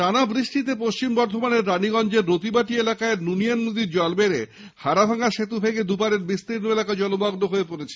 টানা বৃষ্টিতে পশ্চিম বর্ধমানের রানীগঞ্জের প্রতিবাটি এলাকায় নুলিয়া নদীর জল বেড়ে হাবাডাঙ্গা সেতু ভেঙে দুপারের বিস্তীর্ণ এলাকা জলমগ্ন হয়ে পড়েছে